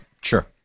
Sure